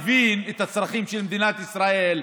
אתה מבין את הצרכים של מדינת ישראל.